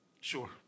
Sure